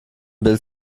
bild